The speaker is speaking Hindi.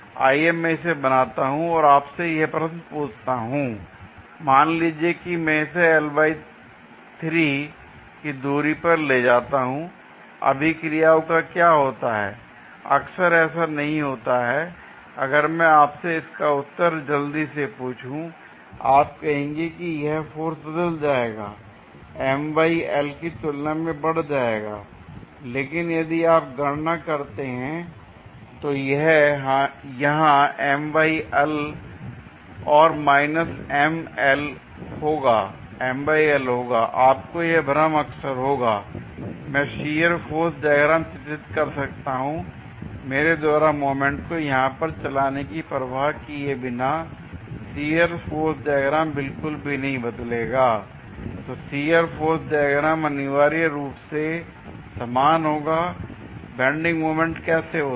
आइए अब मैं इसे बनाता हूं और आपसे यह प्रश्न पूछता हूं l मान लीजिए मैं इसे की दूरी पर ले जाता हूं l अभिक्रियाओं का क्या होता है अक्सर ऐसा नहीं होता है अगर मैं आपसे आपका उत्तर जल्दी से पूछूंआप कहेंगे कि यह फोर्स बदल जाएगा की तुलना में बढ़ जाएगा l लेकिन यदि आप गणना करते हैं तो यह यहां और माइनस रहेगा l आपको यह भ्रम अक्सर होगा l मैं शियर फोर्स डायग्राम चित्रित कर सकता हूं मेरे द्वारा मोमेंट को यहां पर चलाने की परवाह किए बिना शियर फोर्स डायग्राम बिल्कुल भी नहीं बदलेगा l तो शियर फोर्स डायग्राम अनिवार्य रूप से समान होगा l बेंडिंग मोमेंट कैसे होता है